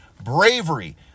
bravery